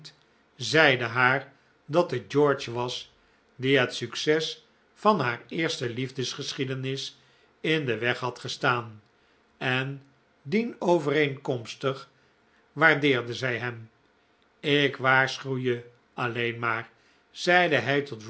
zeide haar dat het george was die het succes van liaar eerste liefdesgeschiedenis in den weg had gestaan en dienovereenkomstig waardeerde zij hem ik waarschuw je alleen maar zeide hij tot